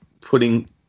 putting